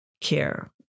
care